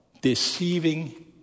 Deceiving